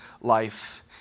life